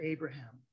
Abraham